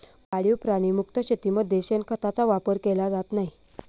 पाळीव प्राणी मुक्त शेतीमध्ये शेणखताचा वापर केला जात नाही